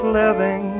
living